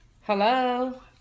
Hello